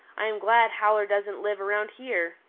i am glad howler doesn't live around here.